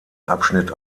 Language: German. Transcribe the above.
abschnitt